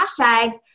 hashtags